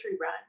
run